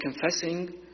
Confessing